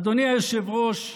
אדוני היושב-ראש,